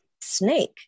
snake